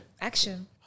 action